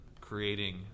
creating